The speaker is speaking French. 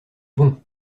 bond